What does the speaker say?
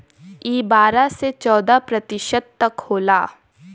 ई बारह से चौदह प्रतिशत तक होला